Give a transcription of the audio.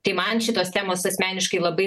tai man šitos temos asmeniškai labai